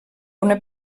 una